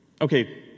okay